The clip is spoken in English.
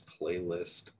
playlist